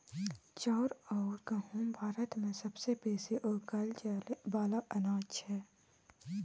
चाउर अउर गहुँम भारत मे सबसे बेसी उगाएल जाए वाला अनाज छै